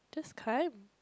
just climb